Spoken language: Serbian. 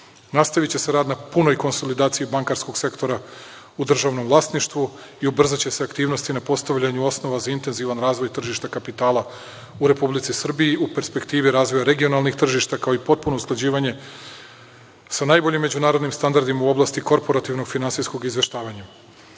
Nastaviće se rad na punoj konsolidaciji bankarskog sektora u državnom vlasništvu i ubrzaće se aktivnosti na postavljanju osnova za intenzivan razvoj tržišta kapitala u Republici Srbiji u perspektivi razvoja regionalnih tržišta, kao i potpuno usklađivanje sa najboljim međunarodnim standardima u oblasti korporativno-finansijskog izveštavanja.